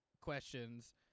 questions